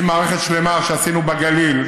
עם מערכת שלמה שעשינו בגליל,